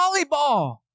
volleyball